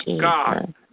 God